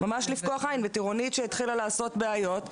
ממש לפקוח עיין וטירונית שהתחילה לעשות בעיות,